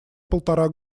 полтора